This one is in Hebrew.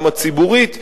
גם הפעילות הציבורית,